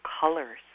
colors